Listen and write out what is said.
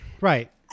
Right